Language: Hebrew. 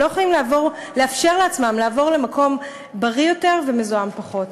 שלא יכולים לאפשר לעצמם לעבור למקום בריא יותר ומזוהם פחות.